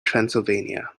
transylvania